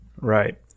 Right